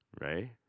Right